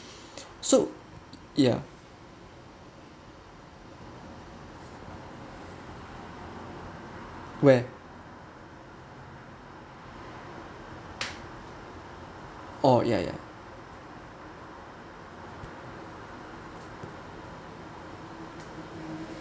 so ya where oh ya ya